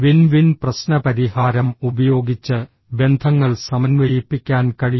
win win പ്രശ്നപരിഹാരം ഉപയോഗിച്ച് ബന്ധങ്ങൾ സമന്വയിപ്പിക്കാൻ കഴിയും